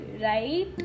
right